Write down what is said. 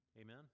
Amen